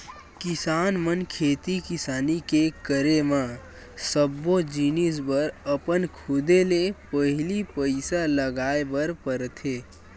किसान मन खेती किसानी के करे म सब्बो जिनिस बर अपन खुदे ले पहिली पइसा लगाय बर परथे